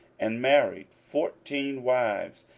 and married fourteen wives,